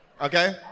Okay